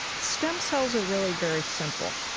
stem cells are really very simple.